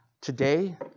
today